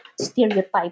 stereotype